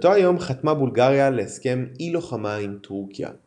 באותו היום חתמה בולגריה הסכם אי לוחמה עם טורקיה.